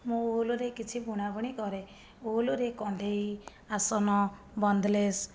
ମୁଁ ଉଲ୍ ରେ କିଛି ବୁଣାବୁଣି କରେ ଉଲ୍ ରେ କଣ୍ଢେଇ ଆସନ ବନ୍ଦଲେସ